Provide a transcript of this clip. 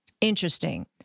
interesting